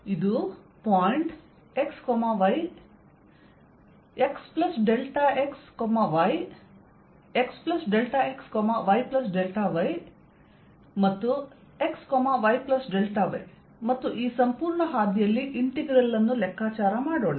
ಇದು x y x ∆x y x ∆x y ∆y x y ∆y ಮತ್ತು ಈ ಸಂಪೂರ್ಣ ಹಾದಿಯಲ್ಲಿ ಇಂಟೆಗ್ರಲ್ ಅನ್ನು ಲೆಕ್ಕಾಚಾರ ಮಾಡೋಣ